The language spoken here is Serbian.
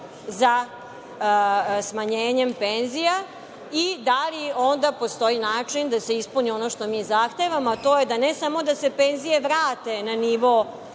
za smanjenjem penzija i da li onda postoji način da se ispuni ono što mi zahtevamo, a to je da ne samo da se penzije vrate na nivo